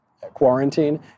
quarantine